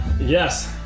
Yes